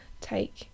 take